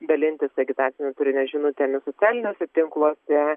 dalintis agitacinio turinio žinutėmis socialiniuose tinkluose